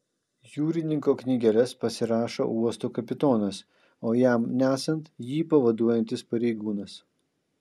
jūrininko knygeles pasirašo uosto kapitonas o jam nesant jį pavaduojantis pareigūnas